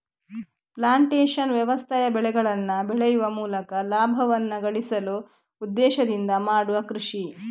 plantation ವ್ಯವಸಾಯ ಬೆಳೆಗಳನ್ನ ಬೆಳೆಯುವ ಮೂಲಕ ಲಾಭವನ್ನ ಗಳಿಸುವ ಉದ್ದೇಶದಿಂದ ಮಾಡುವ ಕೃಷಿ